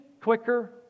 quicker